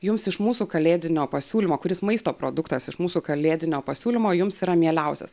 jums iš mūsų kalėdinio pasiūlymo kuris maisto produktas iš mūsų kalėdinio pasiūlymo jums yra mieliausias